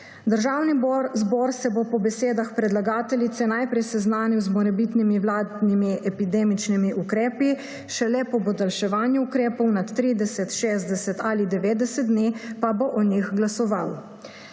Državni zbor se bo po besedah predlagateljice najprej seznanil z morebitnimi vladnimi epidemičnimi ukrepi, šele po podaljševanju ukrepov nad 30, 60 ali 90 dni pa bo o njih glasoval.